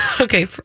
Okay